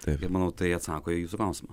tai kaip manau tai atsako į jūsų klausimą